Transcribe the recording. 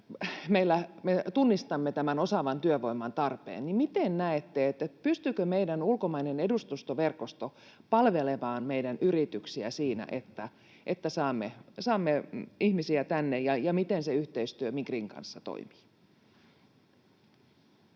me tunnistamme tämän osaavan työvoiman tarpeen, niin miten näette: pystyykö meidän ulkomainen edustustoverkosto palvelemaan meidän yrityksiä siinä, että saamme ihmisiä tänne, ja miten se yhteistyö Migrin kanssa toimii?